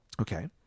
Okay